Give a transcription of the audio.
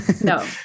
no